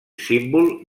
símbol